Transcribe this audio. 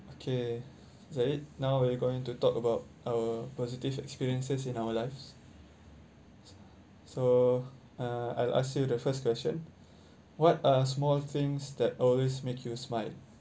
okay zahid now we're going to talk about our positive experiences in our lives so uh I'll ask you the first question what are small things that always make you smile